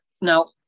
now